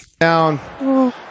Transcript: Down